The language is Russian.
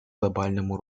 глобальному